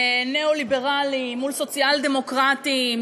ניאו-ליברלי מול סוציאל-דמוקרטי,